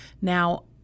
Now